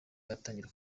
yatangira